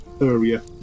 area